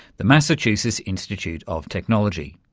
the massachusetts institute of technology.